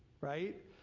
right